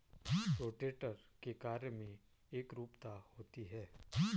rotator के कार्य में एकरूपता होती है